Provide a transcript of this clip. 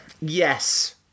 Yes